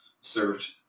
served